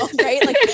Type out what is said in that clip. right